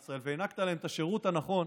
ישראל והענקת להם את השירות הנכון,